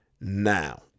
now